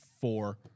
four